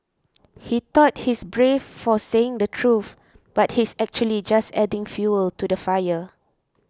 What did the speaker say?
he thought he's brave for saying the truth but he's actually just adding fuel to the fire